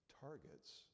targets